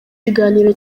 kiganiro